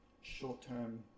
short-term